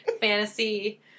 fantasy